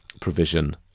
provision